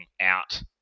out